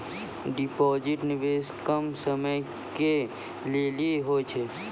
Deposit निवेश कम समय के लेली होय छै?